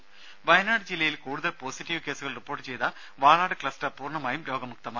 രുര വയനാട് ജില്ലയിൽ കൂടുതൽ പോസിറ്റീവ് കേസുകൾ റിപ്പോർട്ട് ചെയ്ത വാളാട് ക്ലസ്റ്റർ പൂർണമായും രോഗമുക്തമായി